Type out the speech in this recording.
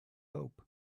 hope